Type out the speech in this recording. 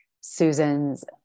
Susan's